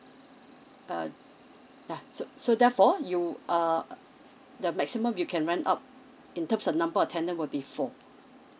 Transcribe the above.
err yeah so so therefore you err the maximum you can rent out in terms a number of tenant would be four